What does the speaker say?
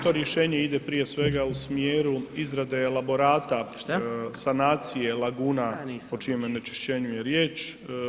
To rješenje ide prije svega u smjeru izrade elaborata sanacije Laguna, o čijem onečišćenju je riječ.